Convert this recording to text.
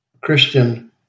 Christian